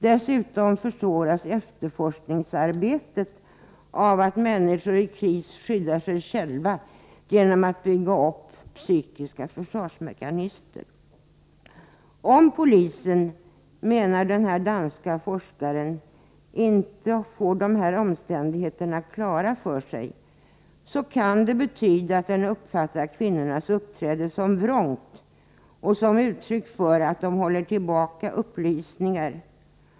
Dessutom försvåras efterforskningsarbetet av att människor i kris skyddar sig själva genom att bygga upp psykiska försvarsmekanismer. Om polismännen, menar den danska forskaren, inte får dessa omständigheter klara för sig kan det betyda att de uppfattar kvinnornas uppträdande som vrångt och som uttryck för att de håller tillbaka upplysningar.